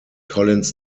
collins